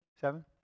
seven